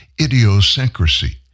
idiosyncrasy